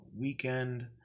weekend